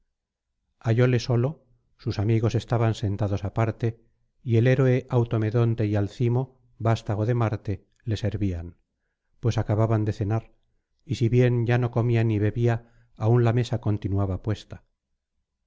hallóle solosus amigos estaban sentados aparte y el héroe automedonte y alcimo vastago de marte le servían pues acababa de cenar y si bien ya no comía ni bebía aún la mesa continuaba puesta